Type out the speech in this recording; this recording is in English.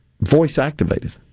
voice-activated